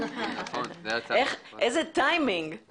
איזה טיימינג.